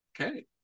Okay